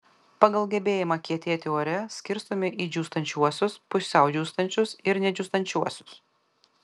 pagal gebėjimą kietėti ore skirstomi į džiūstančiuosius pusiau džiūstančius ir nedžiūstančiuosius